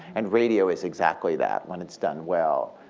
and radio is exactly that when it's done well.